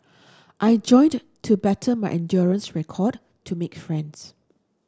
I joined to better my endurance record to make friends